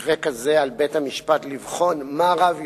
במקרה כזה על בית-המשפט לבחון מה רב יותר,